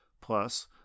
Plus